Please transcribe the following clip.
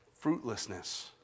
fruitlessness